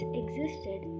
existed